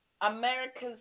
America's